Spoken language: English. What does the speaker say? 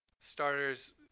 starters –